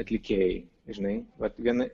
atlikėjai žinai vat viena